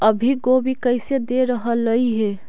अभी गोभी कैसे दे रहलई हे?